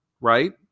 right